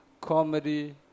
comedy